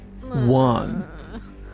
One